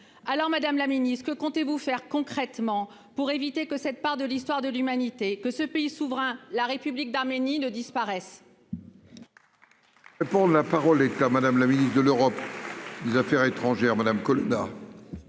alors Madame la Mini ce que comptez-vous faire concrètement pour éviter que cette part de l'histoire de l'humanité que ce pays souverain, la République d'Arménie ne disparaisse. Et pour la parole est à madame la ministre de l'Europe des Affaires étrangères, Madame Colonna.